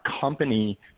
company